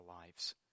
lives